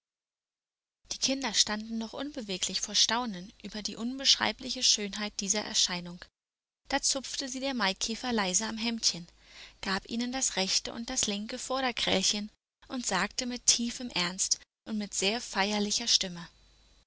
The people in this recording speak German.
die kinder standen noch unbeweglich vor staunen über die unbeschreibliche schönheit dieser erscheinung da zupfte sie der maikäfer leise am hemdchen gab ihnen das rechte und das linke vorderkrällchen und sagte mit tiefem ernst und mit sehr feierlicher stimme